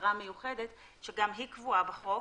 הכשרה מיוחדת שגם היא קבועה בחוק